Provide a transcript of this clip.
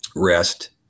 Rest